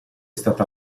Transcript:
stata